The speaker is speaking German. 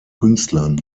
künstlern